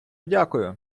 дякую